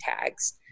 tags